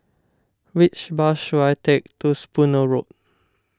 which bus should I take to Spooner Road